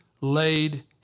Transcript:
laid